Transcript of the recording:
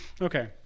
Okay